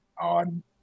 on